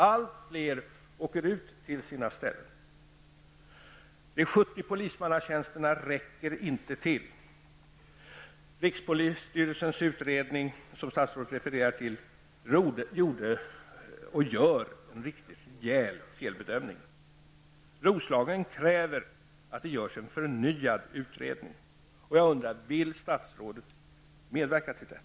Allt fler åker ut till sina ställen. De 70 polismannatjänsterna räcker inte till. Man gjorde i rikspolisstyrelsens utredning, som statsrådet refererar till, en riktigt rejäl felbedömning. Roslagen kräver att det görs en förnyad utredning. Jag undrar: Vill statsrådet medverka till detta?